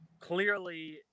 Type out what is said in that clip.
clearly